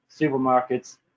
supermarkets